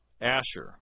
Asher